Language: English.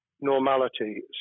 normality